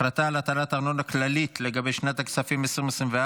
החלטה על הטלת ארנונה כללית לגבי שנת הכספים 2024),